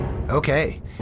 Okay